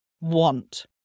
want